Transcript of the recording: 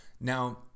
Now